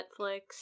Netflix